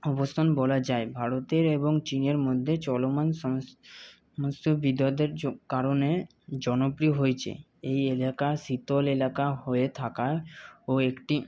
অবস্থান বলা যায় ভারতের এবং চীনের মধ্যে চলমান সমস্ত কারণে জনপ্রিয় হয়েছে এই এলাকা শীতল এলাকা হয়ে থাকা ও একটি